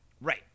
Right